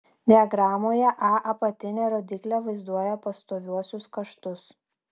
diagramoje a apatinė rodyklė vaizduoja pastoviuosius kaštus